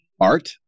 Art